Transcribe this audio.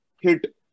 Hit